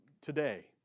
today